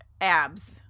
abs